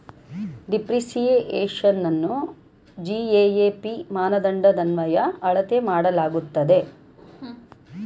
ಡಿಪ್ರಿಸಿಯೇಶನ್ನ GAAP ಮಾನದಂಡದನ್ವಯ ಅಳತೆ ಮಾಡಲಾಗುತ್ತದೆ